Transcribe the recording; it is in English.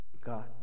God